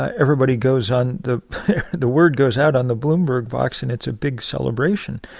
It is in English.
ah everybody goes on the the word goes out on the bloomberg box, and it's a big celebration.